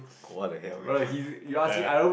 what the hell eh ya